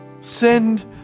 Send